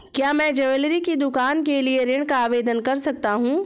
क्या मैं ज्वैलरी की दुकान के लिए ऋण का आवेदन कर सकता हूँ?